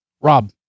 Rob